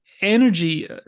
energy